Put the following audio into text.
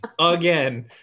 again